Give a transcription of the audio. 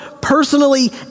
personally